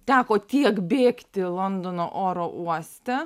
teko tiek bėgti londono oro uoste